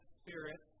spirit